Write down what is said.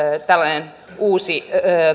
tällainen uusi